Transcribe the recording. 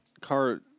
car